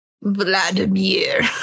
Vladimir